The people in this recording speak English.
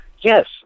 Yes